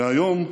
והיום,